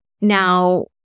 Now